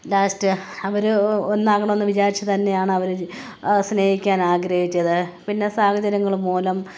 last അവര് ഒന്നാകണമെന്ന് വിചാരിച്ച് തന്നെയാണ് അവര് സ്നേഹിക്കാൻ ആഗ്രഹിച്ചത് പിന്നെ സാഹചര്യങ്ങള് മൂലം